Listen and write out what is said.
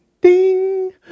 ding